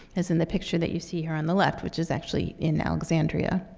as in the picture that you see here on the left, which is actually in alexandria.